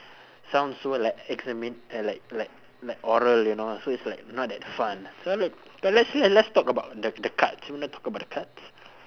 sounds so like exami~ eh like like like oral you know so it's like not that fun so look so let's let's talk about the the cards talk about the cards